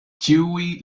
ĉiuj